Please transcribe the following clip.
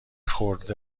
خورده